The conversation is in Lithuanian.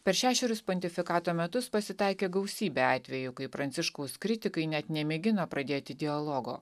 per šešerius pontifikato metus pasitaikė gausybę atvejų kai pranciškaus kritikai net nemėgino pradėti dialogo